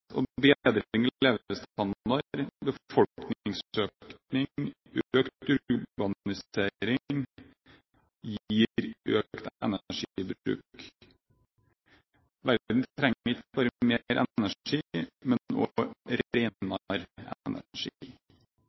og bedring i levestandard, befolkningsøkning og økt urbanisering gir økt energibruk. Verden trenger ikke bare mer energi, men